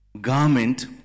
garment